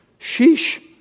Sheesh